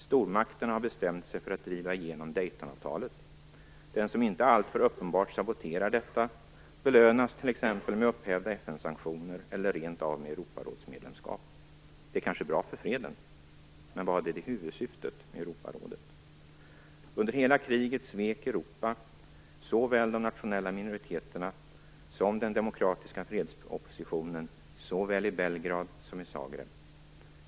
Stormakterna har bestämt sig för att driva igenom Daytonavtalet. Den som inte alltför uppenbart saboterar detta belönas t.ex. med upphävda FN sanktioner eller rent av med medlemskap i Europarådet. Det är kanske bra för freden. Men var det huvudsyftet med Europarådet? Under hela kriget svek Europa såväl de nationella minoriteterna som den demokratiska fredsoppositionen såväl i Belgrad som i Zagreb.